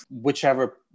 whichever